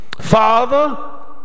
father